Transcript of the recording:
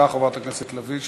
בבקשה, חברת הכנסת לביא.